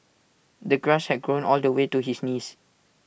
the grass had grown all the way to his knees